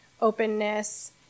openness